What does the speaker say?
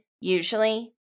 usually